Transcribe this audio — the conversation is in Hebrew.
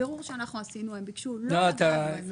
מבירור שאנחנו עשינו הם ביקשו לשנות את